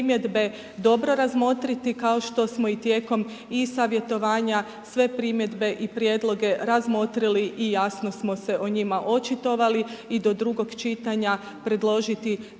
dobro razmotriti, kao što smo i tijekom i-savjetovanja, sve primjedbe i prijedloge razmotriti i jasno smo se o njima očitovala i do drugog čitanja predložiti